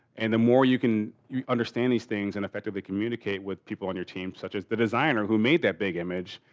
and the more you can understand these things and effectively communicate with people on your team such as the designer who made that big image.